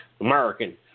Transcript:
American